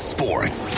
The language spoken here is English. Sports